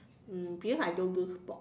um because I don't do sport